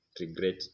regret